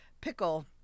pickle